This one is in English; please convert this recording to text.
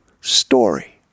story